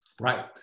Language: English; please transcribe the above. Right